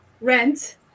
rent